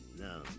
No